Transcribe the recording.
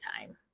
time